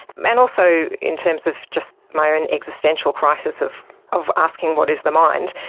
and also in terms of just my own existential crisis of of asking what is the mind.